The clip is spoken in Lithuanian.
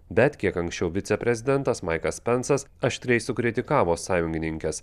bet kiek anksčiau viceprezidentas maikas pensas aštriai sukritikavo sąjungininkes